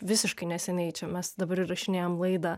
visiškai neseniai čia mes dabar įrašinėjom laidą